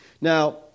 Now